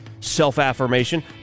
self-affirmation